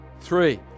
three